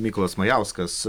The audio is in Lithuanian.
mykolas majauskas